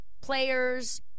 players